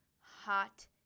hot